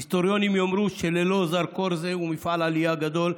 היסטוריונים יאמרו שללא זרקור זה ומפעל העלייה הגדול,